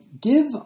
give